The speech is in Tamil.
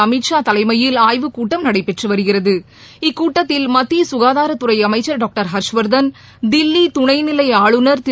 அமித் ஷா தலைமையில் ஆய்வுக் கூட்டம் நடைபெற்று வருகிறது இக்கூட்டத்தில் மத்திய ககாதாரத்துறை அமைச்சர் டாக்டர் ஹர்ஷ்வர்தன் தில்லி துணைநிலை ஆளுநர் திரு